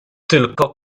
tylko